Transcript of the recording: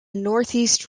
northeast